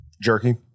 jerky